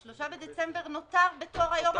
ה-3 בדצמבר נותר בתור היום הקובע.